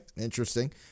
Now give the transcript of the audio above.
Interesting